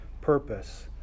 purpose